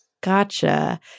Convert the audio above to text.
Gotcha